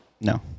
no